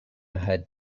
had